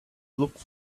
looked